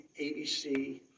ABC